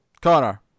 Connor